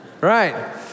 right